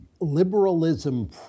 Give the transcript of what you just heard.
liberalism